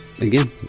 again